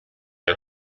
are